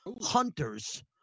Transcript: Hunters